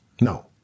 No